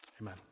Amen